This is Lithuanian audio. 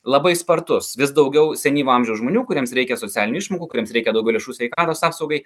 labai spartus vis daugiau senyvo amžiaus žmonių kuriems reikia socialinių išmokų kuriems reikia daugiau lėšų sveikatos apsaugai